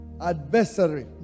Adversary